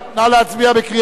6) נא להצביע.